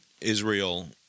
israel